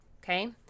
okay